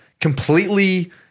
completely